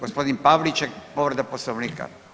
Gospodin Pavliček povreda poslovnika.